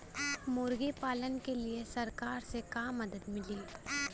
मुर्गी पालन के लीए सरकार से का मदद मिली?